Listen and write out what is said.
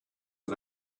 and